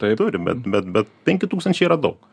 tai turim bet bet bet penki tūkstančiai yra daug